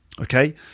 okay